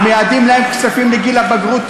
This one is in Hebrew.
ומייעדים להם כספים לגיל הבגרות,